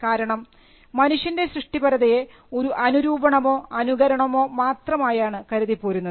കാരണം മനുഷ്യൻറെ സൃഷ്ടിപരതയെ ഒരു അനുരൂപണമോ അനുകരണമോ മാത്രമായാണ് കരുതിപ്പോരുന്നത്